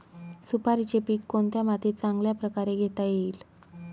सुपारीचे पीक कोणत्या मातीत चांगल्या प्रकारे घेता येईल?